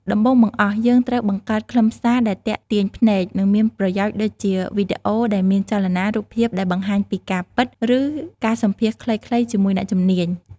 ដំបូងបង្អស់ យើងត្រូវបង្កើតខ្លឹមសារដែលទាក់ទាញភ្នែក និងមានប្រយោជន៍ដូចជា វីដេអូដែលមានចលនា រូបភាពដែលបង្ហាញពីការពិត ឬការសម្ភាសន៍ខ្លីៗជាមួយអ្នកជំនាញ។